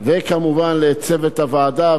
וכמובן לצוות הוועדה,